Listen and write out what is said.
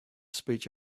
speech